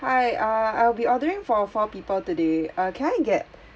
hi uh I'll be ordering for four people today uh can I get